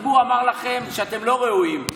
הציבור אמר לכם שאתם לא ראויים.